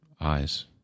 eyes